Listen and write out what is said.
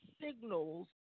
signals